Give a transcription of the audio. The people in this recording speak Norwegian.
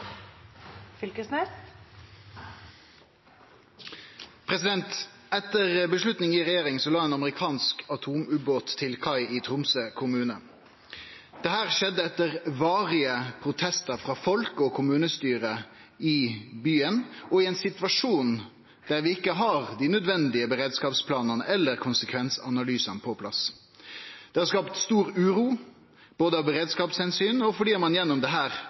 hovedspørsmål. Etter ei avgjerd i regjeringa la ein amerikansk atomubåt til kai i Tromsø kommune. Dette skjedde etter varige protestar frå folk og frå kommunestyret i byen – og i ein situasjon der vi ikkje har dei nødvendige beredskapsplanane eller konsekvensanalysane på plass. Det har skapt stor uro, både av beredskapsomsyn og fordi ein